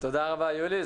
תודה רבה, יולי.